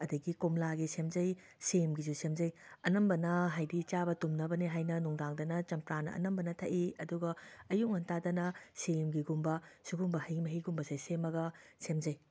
ꯑꯗꯒꯤ ꯀꯣꯝꯂꯥꯒꯤ ꯁꯦꯝꯖꯩ ꯁꯦꯝꯒꯤꯁꯨ ꯁꯦꯝꯖꯩ ꯑꯅꯝꯕꯅ ꯍꯥꯏꯗꯤ ꯆꯥꯕ ꯇꯨꯝꯅꯕꯅꯦ ꯍꯥꯏꯅ ꯅꯨꯡꯗꯥꯡꯗꯅ ꯆꯝꯄ꯭ꯔꯥꯅ ꯑꯅꯝꯕꯅ ꯊꯛꯏ ꯑꯗꯨꯒ ꯑꯌꯨꯛ ꯉꯟꯇꯥꯗꯅ ꯁꯦꯝꯒꯤꯒꯨꯝꯕ ꯁꯤꯒꯨꯝꯕ ꯍꯩ ꯃꯍꯤꯁꯤꯡꯁꯦ ꯁꯦꯝꯃꯒ ꯁꯦꯝꯖꯩ